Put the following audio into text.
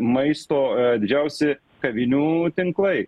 maisto didžiausi kavinių tinklai